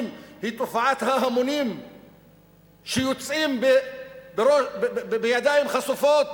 היא תופעת ההמונים שיוצאים בידיים חשופות